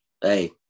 Hey